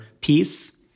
peace